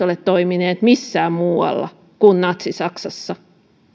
ole toimineet missään muualla kuin natsi saksassa